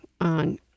on